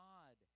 God